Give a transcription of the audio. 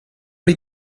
les